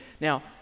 Now